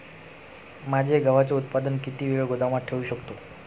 माझे गव्हाचे उत्पादन किती वेळ गोदामात ठेवू शकतो?